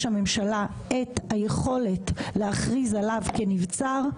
הממשלה את היכולת להכריז עליו כנבצר,